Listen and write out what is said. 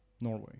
norway